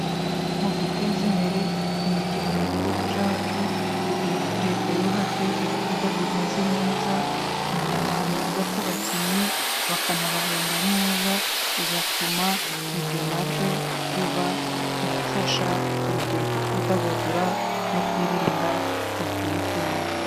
Mu guteza imbere imikino mu gihugu cyacu, leta yubatse ibibuga bimeze neza, imyambaro myiza ku bakinnyi, bakanabahemba neza bigatuma ibyo nabyo biba mu bifasha urubyiruko kwidagadura no kwirinda ubwigunge.